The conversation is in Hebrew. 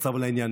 קצר ולעניין.